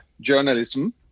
journalism